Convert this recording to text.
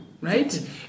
Right